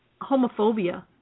homophobia